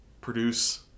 produce